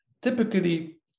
typically